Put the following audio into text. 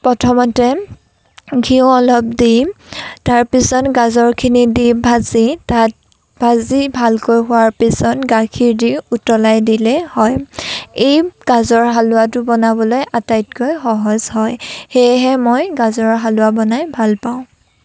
প্ৰথমতে ঘিউ অলপ দিম তাৰপিছত গাজৰখিনি দি ভাজি তাক ভাজি ভালকৈ হোৱাৰ পিছত গাখীৰ দি উতলাই দিলেই হয় এই গাজৰৰ হালোৱাটো বনাবলৈ আটাইতকৈ সহজ হয় সেয়েহে মই গাজৰৰ হালোৱা বনাই ভাল পাওঁ